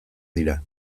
dira